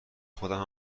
خودم